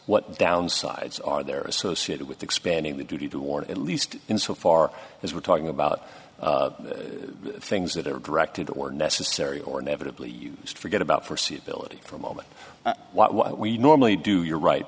what downsides are there associated with expanding the duty toward at least in so far as we're talking about things that are directed or necessary or negatively used forget about forsee ability for moment what we normally do you're right